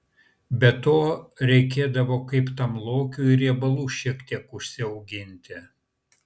be to reikėdavo kaip tam lokiui riebalų šiek tiek užsiauginti